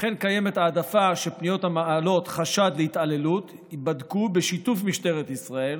אכן קיימת העדפה שפניות המעלות חשד להתעללות ייבדקו בשיתוף משטרת ישראל